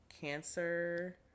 Cancer